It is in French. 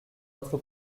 votre